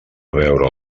veure